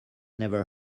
never